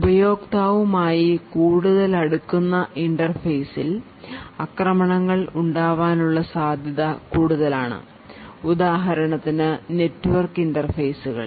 ഉപയോക്താവുമായി കൂടുതൽ അടുക്കുന്ന ഇന്റർഫേസിൽ ആക്രമണങ്ങൾ ഉണ്ടാകാനുള്ള സാധ്യത കൂടുതലാണ് ഉദാഹരണത്തിന് നെറ്റ്വർക്ക് ഇന്റർഫേസുകൾ